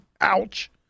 Ouch